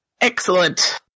Excellent